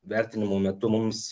vertinimo metu mums